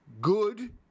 good